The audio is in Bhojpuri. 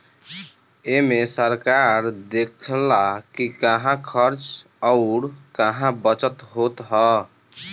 एमे सरकार देखऽला कि कहां खर्च अउर कहा बचत होत हअ